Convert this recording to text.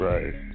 Right